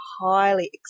highly